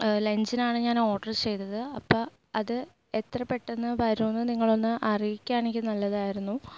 ലഞ്ചിനാണ് ഞാൻ ഓർഡറ് ചെയ്തത് അപ്പം അത് എത്ര പെട്ടെന്ന് വരോന്ന് നിങ്ങളൊന്ന് അറിയിക്കാണെങ്കിൽ നല്ലതായിരുന്നു